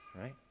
right